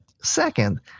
Second